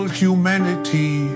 humanity